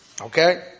Okay